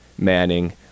manning